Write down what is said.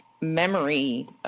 memory